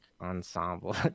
ensemble